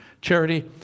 charity